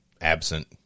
absent